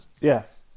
Yes